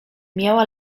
miała